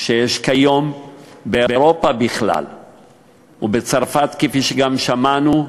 שיש כיום באירופה בכלל ובצרפת, כפי שגם שמענו,